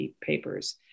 Papers